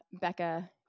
Becca